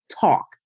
talk